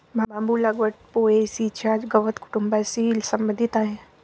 बांबू लागवड पो.ए.सी च्या गवत कुटुंबाशी संबंधित आहे